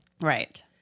right